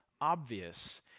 obvious